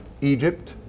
Egypt